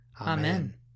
Amen